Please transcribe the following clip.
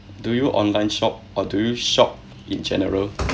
do you online shop or do you shop in general